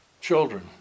children